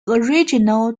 original